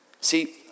see